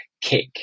kick